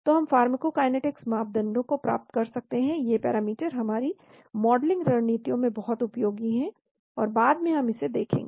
तो हम फार्माकोकाइनेटिक्स मापदंडों को प्राप्त कर सकते हैं ये पैरामीटर हमारी मॉडलिंग रणनीतियों में बहुत उपयोगी हैं और बाद में हम इसे देखेंगे